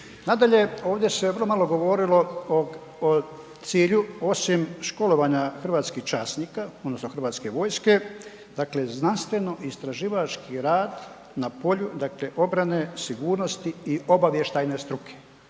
Nadalje, ovdje se vrlo malo govorilo o, o cilju osim školovanja hrvatskih časnika odnosno HV-a, dakle znanstveno istraživački rad na polju, dakle obrane sigurnosti i obavještajne struke,